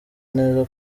neza